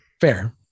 fair